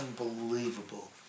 unbelievable